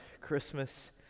Christmas